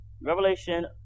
Revelation